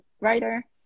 writer